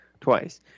twice